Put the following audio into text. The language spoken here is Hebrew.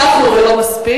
אבל אספנו מספיק.